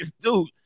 Dude